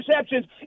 interceptions